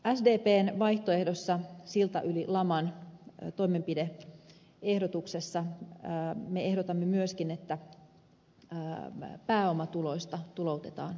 sdpn vaihtoehdossa silta yli taantuman toimenpide ehdotuksessa me ehdotamme myöskin että pääomatuloista tuloutetaan osa kunnille